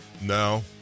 No